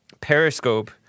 Periscope